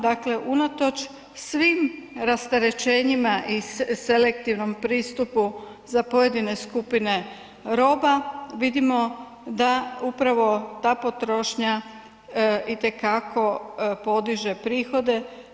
Dakle unatoč svim rasterećenjima i selektivnom pristupu za pojedine skupine roba vidimo da upravo ta potrošnja itekako podiže prihode.